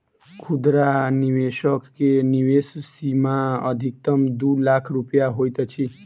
खुदरा निवेशक के निवेश सीमा अधिकतम दू लाख रुपया होइत अछि